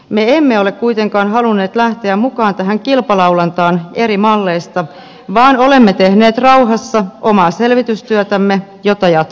me emme ole kuitenkaan halunneet lähteä mukaan tähän kilpalaulantaan eri malleista vaan olemme tehneet rauhassa omaa selvitystyötämme jota jatkamme